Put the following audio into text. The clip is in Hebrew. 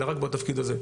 אלא רק בתפקיד הזה.